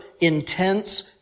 intense